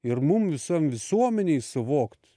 ir mum visam visuomenei suvokt